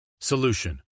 Solution